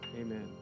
Amen